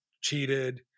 cheated